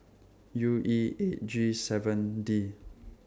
U E eight G seven D